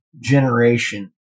generation